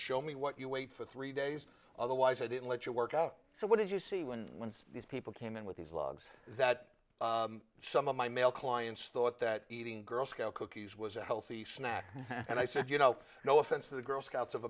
show me what you wait for three days otherwise i didn't let you work out so what did you see when once these people came in with these logs that some of my male clients thought that eating girl scout cookies was a healthy snack and i said you know no offense to the girl scouts of